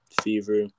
Fever